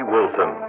Wilson